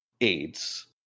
AIDS